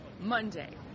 Monday